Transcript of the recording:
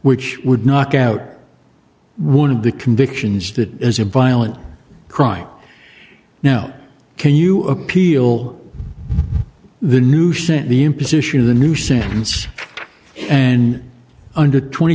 which would knock out one of the convictions that is a violent crime now can you appeal the new sent the imposition of the new sentence and under twenty